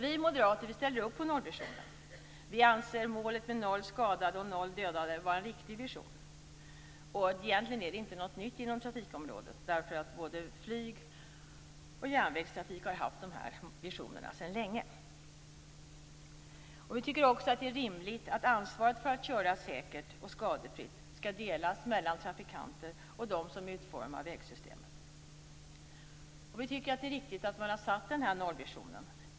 Vi moderater ställer upp på nollvisionen. Vi anser målet med noll skadade och noll dödade vara en riktig vision. Egentligen är det inte något nytt inom trafikområdet. Både flyg och järnvägstrafik har haft de här visionerna sedan länge. Vi tycker också att det är rimligt att ansvaret för att köra säkert och skadefritt skall delas mellan trafikanterna och dem som utformar vägsystemet. Vi tycker att det är riktigt att man har satt upp den här nollvisionen.